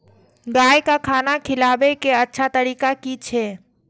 गाय का खाना खिलाबे के अच्छा तरीका की छे?